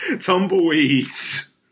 Tumbleweeds